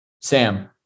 Sam